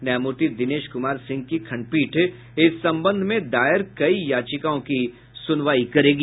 न्यायमूर्ति दिनेश कुमार सिंह की खंडपीठ इस संबंध में दायर कई याचिकाओं की सुनवाई करेगी